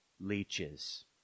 leeches